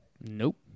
Nope